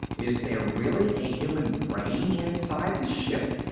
is there really a human brain inside the ship?